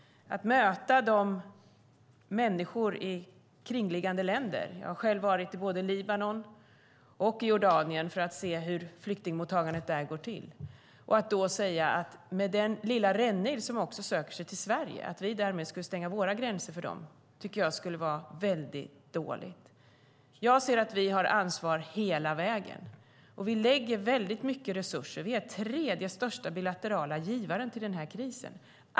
Att möta människorna i kringliggande länder - jag har själv varit i både Libanon och Jordanien för att se hur flyktingmottagandet där går till - och säga att vi, med den lilla rännil som söker sig till Sverige, skulle stänga våra gränser för dem vore mycket illa. Jag anser att vi har ansvar hela vägen. Vi lägger stora resurser på detta. Vi är den tredje största bilaterala givaren i den krisen.